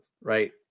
right